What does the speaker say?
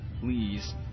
Please